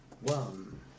One